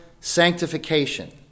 sanctification